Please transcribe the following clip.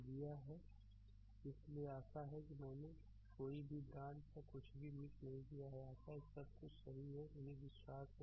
slide समय देखें 3054 इसलिए आशा है कि मैंने कोई भी ब्रांच या कुछ भी मिस नहीं किया है आशा है कि सब कुछ सही है मुझे विश्वास है